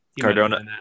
Cardona